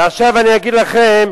עכשיו אני אגיד לכם